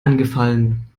angefallen